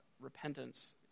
repentance